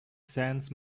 sands